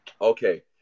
Okay